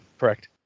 Correct